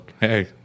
hey